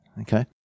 Okay